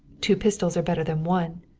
two pistols are better than one.